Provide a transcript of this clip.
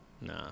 Nah